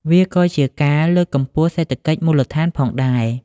វាក៏ជាការលើកកម្ពស់សេដ្ឋកិច្ចមូលដ្ឋានផងដែរ។